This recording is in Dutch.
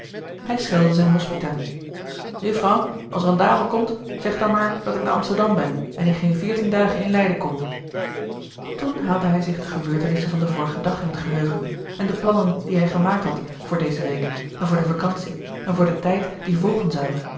hij schelde zijne hospita jufvrouw als er een dame komt zeg dan maar dat ik naar amsterdam ben en in geen veertien dagen in leiden kom toen haalde hij zich de gebeurtenissen van den vorigen dag in het geheugen en de plannen die hij gemaakt had voor deze week en voor de vakantie en voor den tijd die volgen zou